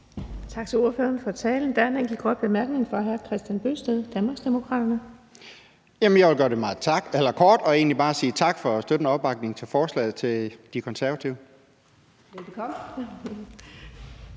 Tak til ordføreren for talen. Der er en enkelt kort bemærkning fra hr. Kristian Bøgsted, Danmarksdemokraterne. Kl. 16:32 Kristian Bøgsted (DD): Jeg vil gøre det meget kort og egentlig bare sige tak for støtten og opbakningen til forslaget til De Konservative. Kl.